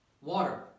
water